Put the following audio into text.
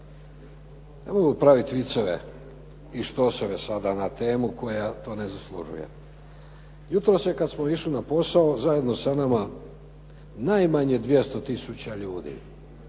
ne mogu praviti viceve i štoseve sada na temu koja to ne zaslužuje. Jutros se kad smo išli na posao zajedno sa nama najmanje 200000 ljudi